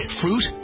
fruit